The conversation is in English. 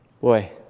Boy